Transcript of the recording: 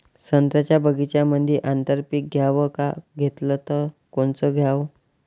संत्र्याच्या बगीच्यामंदी आंतर पीक घ्याव का घेतलं च कोनचं घ्याव?